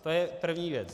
To je první věc.